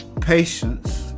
patience